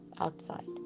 outside